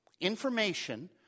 Information